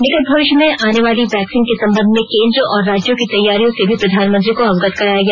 निकट भविष्य में आने वाली वैक्सीन के संबंध में केन्द्र और राज्यों की तैयारियों से भी प्रधानमंत्री को अवगत कराया गया